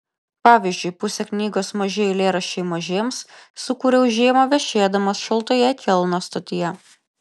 pavyzdžiui pusę knygos maži eilėraščiai mažiems sukūriau žiemą viešėdamas šaltoje kelno stotyje